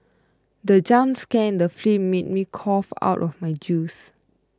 the jump scare in the film made me cough out of my juice